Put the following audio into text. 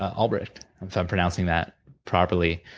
um ulbricht, if i'm pronouncing that properly,